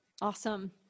Awesome